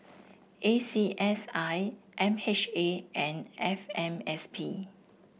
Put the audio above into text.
A C S I M H A and F M S P